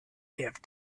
have